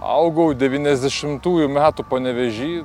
augau devyniasdešimtųjų metų panevėžy